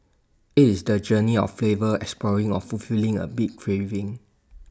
IT is the journey of flavor exploring or fulfilling A big craving